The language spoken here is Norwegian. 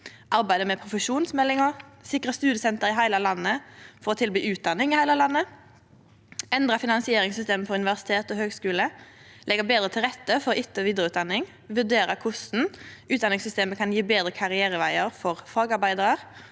arbeide med profesjonsmeldinga, sikre studiesenter i heile landet og tilby utdanning i heile landet, endre finansieringssystemet for universitet og høgskular, leggje betre til rette for etterog vidareutdanning, vurdere korleis utdanningssystemet kan gje betre karrierevegar for fagarbeidarar,